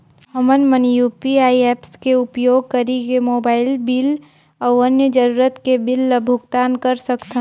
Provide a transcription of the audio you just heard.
हमन मन UPI apps के उपयोग करिके मोबाइल बिल अऊ अन्य जरूरत के बिल ल भुगतान कर सकथन